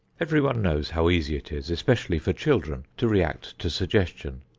everyone knows how easy it is, especially for children, to react to suggestion.